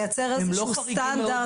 לייצר איזשהו סטנדרט.